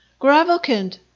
Gravelkind